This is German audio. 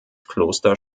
kloster